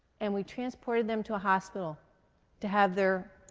and we transported them to a hospital to have their.